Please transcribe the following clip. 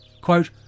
Quote